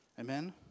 Amen